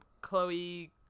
Chloe